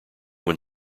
when